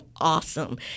awesome